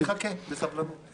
אני אחכה בסבלנות.